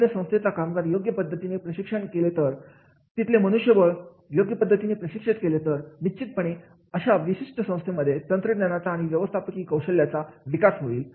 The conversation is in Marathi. एखाद्या संस्थेचे कामगार योग्य पद्धतीने प्रशिक्षित केले तर तिथले मनुष्य बळ योग्य पद्धतीने प्रशिक्षित केले तर निश्चितपणे अशा विशिष्ट संस्थेमध्ये तंत्रज्ञानाचा आणि व्यवस्थापकीय कौशल्याचा विकास होईल